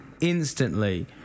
instantly